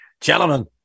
gentlemen